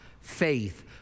faith